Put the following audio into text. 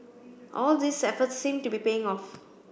all these efforts seem to be paying off